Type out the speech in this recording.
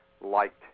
liked